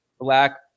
black